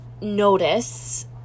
notice